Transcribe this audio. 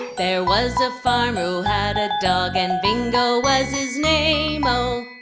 there was a farmer who had a dog and bingo was his name-o